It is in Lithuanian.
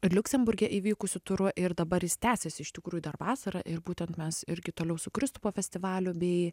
ir liuksemburge įvykusiu turu ir dabar jis tęsiasi iš tikrųjų dar vasarą ir būtent mes irgi toliau su kristupo festivaliu bei